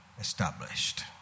established